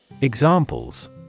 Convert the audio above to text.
Examples